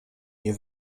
nie